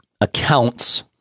accounts